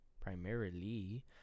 primarily